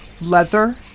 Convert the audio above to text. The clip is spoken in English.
Leather